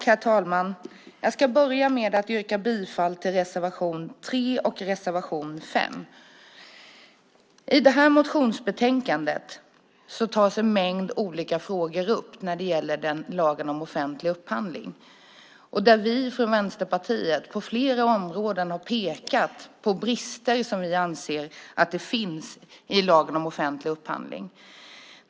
Herr talman! Jag ska börja med att yrka bifall till reservationerna 3 och 5. I detta motionsbetänkande tas en mängd olika frågor upp när det gäller lagen om offentlig upphandling. Vi från Vänsterpartiet har på flera områden pekat på brister som vi anser finns i lagen om offentlig upphandling.